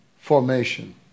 formation